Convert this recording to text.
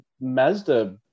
Mazda